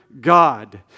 God